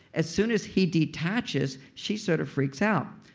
as soon as he detaches, she sort of freaks out,